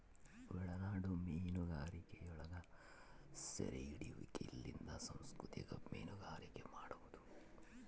ಒಳನಾಡ ಮೀನುಗಾರಿಕೆಯೊಳಗ ಸೆರೆಹಿಡಿಯುವಿಕೆಲಿಂದ ಸಂಸ್ಕೃತಿಕ ಮೀನುಗಾರಿಕೆ ಮಾಡುವದು